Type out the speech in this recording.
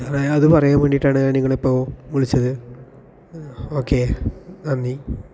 സാറെ അതുപറയാൻ വേണ്ടിയിട്ടാണ് ഞാൻ നിങ്ങളെ ഇപ്പോൾ വിളിച്ചത് ഓക്കെ നന്ദി